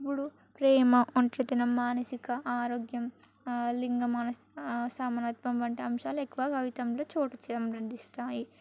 ఇప్పుడు ప్రేమ ఒంటరితనం మానసిక ఆరోగ్యం లింగ మాన సమానత్మం వంటి అంశాలు ఎక్కువగా కవితంలో చోటు చేయడం అందిస్తాయి